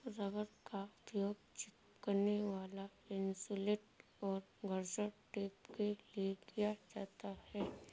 rubber का उपयोग चिपकने वाला इन्सुलेट और घर्षण टेप के लिए किया जाता है